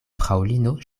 fraŭlino